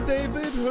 David